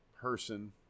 person